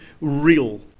real